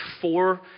four